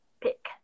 pick